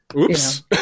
Oops